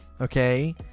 okay